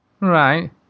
Right